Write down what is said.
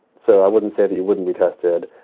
so i wouldn't say you wouldn't be tested.